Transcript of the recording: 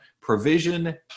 provision